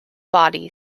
body